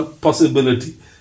possibility